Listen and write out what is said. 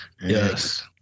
Yes